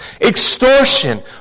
Extortion